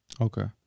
Okay